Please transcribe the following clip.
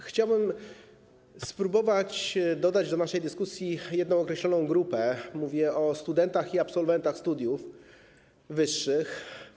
Chciałbym spróbować dodać do naszej dyskusji kwestię jednej określonej grupy, mówię o studentach i absolwentach studiów wyższych.